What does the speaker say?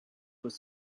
was